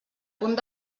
punt